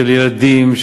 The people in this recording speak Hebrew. של ילדים,